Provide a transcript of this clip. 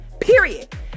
period